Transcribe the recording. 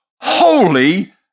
holy